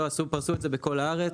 פרסו את זה בכל הארץ.